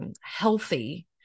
healthy